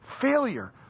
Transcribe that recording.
failure